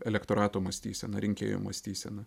elektorato mąstyseną rinkėjų mąstysena